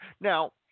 Now